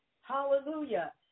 Hallelujah